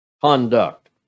conduct